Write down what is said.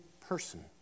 person